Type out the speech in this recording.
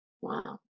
Wow